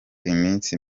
iminsi